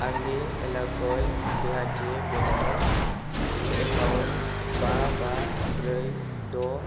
आंनि एलाकय देहाथि बेंक आव एकाउन्ट बा बा ब्रै द'